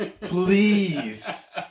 please